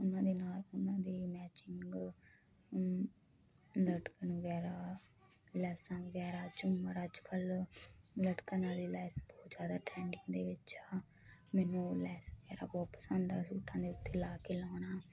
ਉਹਨਾਂ ਦੇ ਨਾਲ ਉਹਨਾਂ ਦੇ ਮੈਚਿੰਗ ਲਟਕਣ ਵਗੈਰਾ ਲੈਸਾਂ ਵਗੈਰਾ ਝੂਮਰ ਅੱਜ ਕੱਲ ਲਟਕਣ ਆਲੇ ਲੈਸ ਬਹੁਤ ਜਿਆਦਾ ਟ੍ਰੈਡਿੰਗ ਦੇ ਵਿੱਚ ਆ ਮੈਨੂੰ ਉਹ ਲੈਸ ਵਗੈਰਾ ਬਹੁਤ ਪਸੰਦ ਆ ਸੂਟਾਂ ਦੇ ਉੱਤੇ ਲਾ ਕੇ ਲਾਉਣਾ